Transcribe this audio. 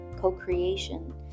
co-creation